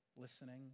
listening